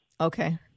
Okay